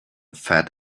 fat